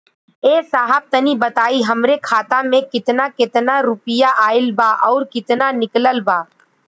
ए साहब तनि बताई हमरे खाता मे कितना केतना रुपया आईल बा अउर कितना निकलल बा?